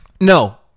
No